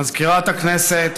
מזכירת הכנסת,